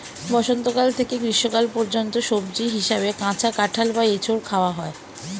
বসন্তকাল থেকে গ্রীষ্মকাল পর্যন্ত সবজি হিসাবে কাঁচা কাঁঠাল বা এঁচোড় খাওয়া হয়